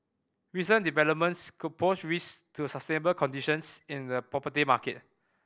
recent developments could pose risks to sustainable conditions in the property market